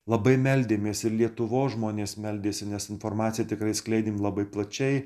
labai meldėmės ir lietuvos žmonės meldėsi nes informacija tikrai skleidėme labai plačiai